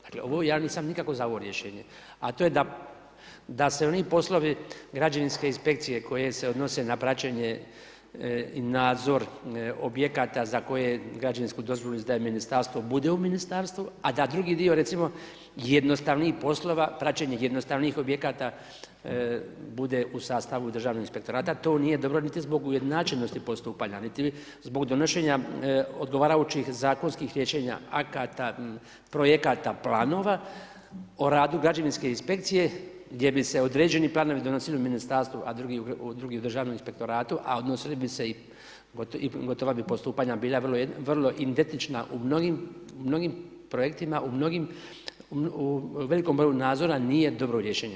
Dakle, ovo ja nisam nikako za ovo rješenje, a to je da se oni poslovi građevinske inspekcije koji se odnose na praćenje i nadzor objekata za koje građevinsku dozvolu izdaje Ministarstvo bude u Ministarstvu, a da drugi dio recimo, jednostavnijih poslova, praćenje jednostavnijih objekata bude u sastavu državnog inspektorata, to nije dobro niti zbog ujednačenosti postupanja, niti zbog donošenja odgovarajućih zakonskih rješenja, akata, projekata, planova o radu građevinske inspekcije gdje bi se određeni planovi donosili u Ministarstvu a drugi u državnom inspektoratu, a odnosili bi se i gotova bi postupanja bili gotovo identična u mnogim projektima u mnogim, u velikom broju nadzora nije dobro rješenje.